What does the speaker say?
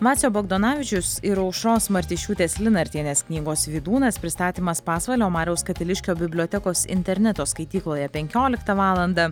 vacio bagdonavičiaus ir aušros martišiūtės linartienės knygos vydūnas pristatymas pasvalio mariaus katiliškio bibliotekos interneto skaitykloje penkioliktą valandą